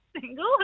single